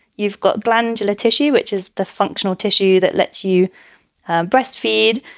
you've got glandular tissue, which is the functional tissue that lets you breast feed.